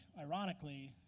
ironically